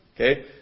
Okay